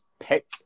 pick